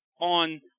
on